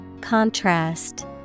Contrast